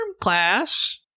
class